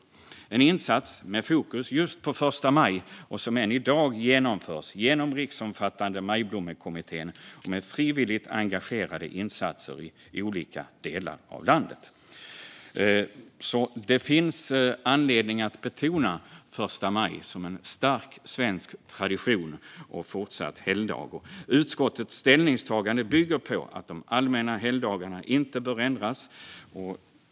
Det är en insats med fokus just på första maj som än i dag genomförs genom den riksomfattande majblommekommittén och med frivilligt engagemang i olika delar av landet. Det finns alltså anledning att betona första maj som en stark svensk tradition och fortsatt helgdag. Utskottets ställningstagande bygger på att de allmänna helgdagarna inte bör ändras.